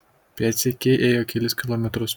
pėdsekė ėjo kelis kilometrus